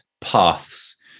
paths